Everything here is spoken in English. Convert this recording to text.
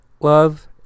love